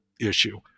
issue